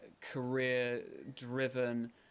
career-driven